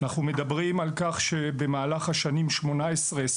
אנחנו מדברים על כך שבמהלך השנים 2018-2020